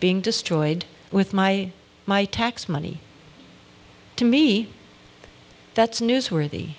being destroyed with my my tax money to me that's newsworthy